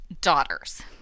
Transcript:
daughters